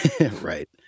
Right